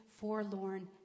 forlorn